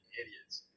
idiots